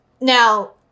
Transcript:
Now